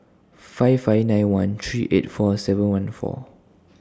five five nine one three eight four seven one four